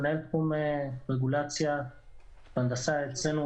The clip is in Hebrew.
מנהל תחום רגולציה והנדסה אצלנו